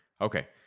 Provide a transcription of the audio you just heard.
Okay